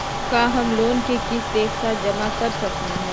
का हम लोन के किस्त एक साथ जमा कर सकली हे?